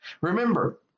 Remember